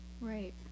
right